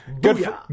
Good